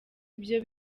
ibyo